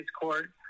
Court